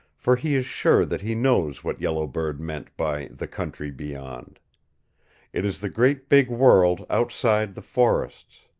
for he is sure that he knows what yellow bird meant by the country beyond it is the great big world outside the forests,